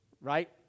right